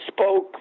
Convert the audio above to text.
spoke